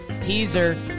Teaser